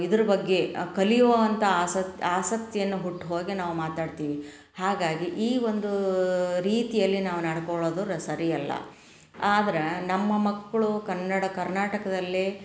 ಇದ್ರ ಬಗ್ಗೆ ಕಲಿಯುವಂಥ ಆಸ ಆಸಕ್ತಿಯನ್ನು ಹುಟ್ಟೋ ಹಾಗೆ ನಾವು ಮಾತಾಡ್ತೀವಿ ಹಾಗಾಗಿ ಈ ಒಂದು ರೀತಿಯಲ್ಲಿ ನಾವು ನಡ್ಕೊಳ್ಳೋದು ರ ಸರಿ ಅಲ್ಲ ಆದ್ರೆ ನಮ್ಮ ಮಕ್ಕಳು ಕನ್ನಡ ಕರ್ನಾಟಕದಲ್ಲಿ